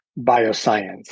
Bioscience